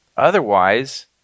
Otherwise